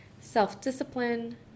self-discipline